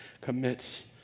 commits